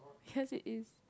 cause it is